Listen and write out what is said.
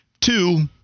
two